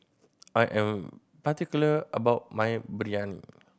I am particular about my Biryani